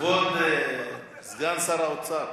כבוד סגן שר האוצר.